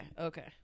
okay